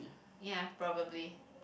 ya probably